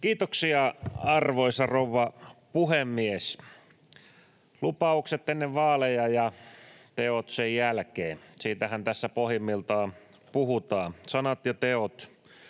Kiitoksia, arvoisa rouva puhemies! Lupaukset ennen vaaleja ja teot sen jälkeen — siitähän tässä pohjimmiltaan puhutaan, sanoista ja teoista.